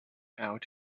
out